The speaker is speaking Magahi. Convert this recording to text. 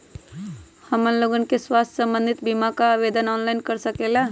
हमन लोगन के स्वास्थ्य संबंधित बिमा का आवेदन ऑनलाइन कर सकेला?